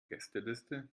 gästeliste